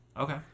Okay